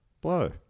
blow